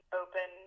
open